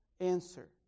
answer